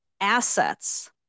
assets